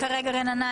הורדנו את סעיף 31(א).